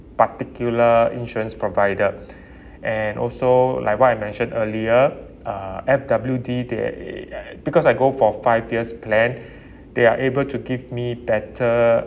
particular insurance provider and also like what I mentioned earlier uh F_W_B they err because I go for five years plan they are able to give me better